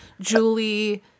Julie